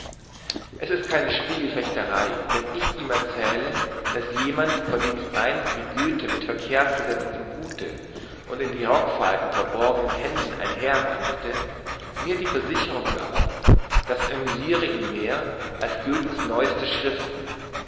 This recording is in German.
es ist keine spiegelfechterei wenn ich ihm erzähle daß jemand vor dem ich einst wie göthe mit verkehrt gesetztem hute und in die rockfalten verborgenen händen einherwandelte mir die versicherung gab das amüsire ihn mehr als göthens neueste schriften